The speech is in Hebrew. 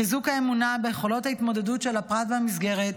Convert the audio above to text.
חיזוק האמונה ביכולות ההתמודדות של הפרט והמסגרת,